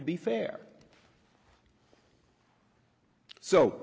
to be fair so